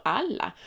alla